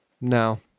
no